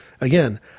Again